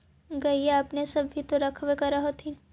गईया अपने सब भी तो रखबा कर होत्थिन?